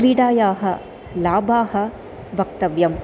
क्रीडायाः लाभाः वक्तव्यम्